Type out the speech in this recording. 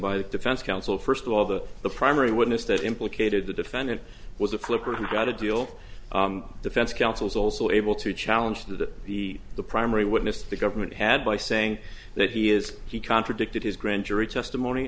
the defense counsel first of all the the primary witness that implicated the defendant was a flipper who got a deal of defense counsel is also able to challenge that the the primary witness the government had by saying that he is he contradicted his grand jury testimony